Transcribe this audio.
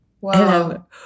Wow